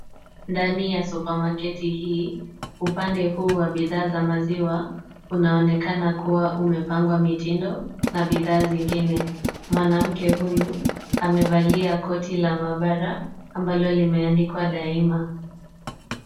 Ndani ya supamaketi hii, upande huu wa bidhaa za maziwa, unaonekana kuwa umepangwa mitindo na bidhaa zingine. Mwanamke huyu amevalia koti la maabara ambalo limeandikwa Daima.